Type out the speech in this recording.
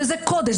וזה קודש.